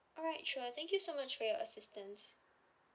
alright sure thank you so much for your assistance